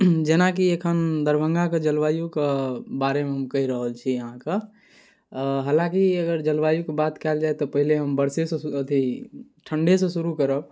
जेना की एखन दरभंगाके जलवायुके बारेमे हम कहि रहल छी अहाँके हलाँकि अगर जलवायु कए बात कयल जाय तऽ पहिले हम बरसे सऽ अथी ठण्ढे सऽ शुरू करब